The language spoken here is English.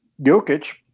Jokic